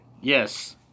Yes